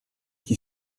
qui